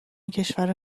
کشور